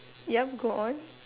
ya go on